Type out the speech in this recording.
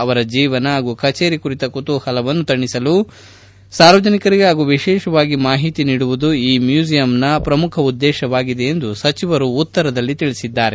ಅವರ ಜೀವನ ಹಾಗೂ ಕಚೇರಿ ಕುರಿತ ಕುತೂಹಲವನ್ನು ತಣಿಸಲು ಸಾರ್ವಜನಿಕರಿಗೆ ಹಾಗೂ ವಿಶೇಷವಾಗಿ ಮಾಹಿತಿ ನೀಡುವುದು ಈ ಮ್ಲೂಸಿಯಂನ ಪ್ರಮುಖ ಉದ್ದೇಶವಾಗಿದೆ ಎಂದು ಸಚಿವರು ಉತ್ತರದಲ್ಲಿ ತಿಳಿಸಿದ್ದಾರೆ